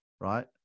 Right